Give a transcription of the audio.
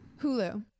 hulu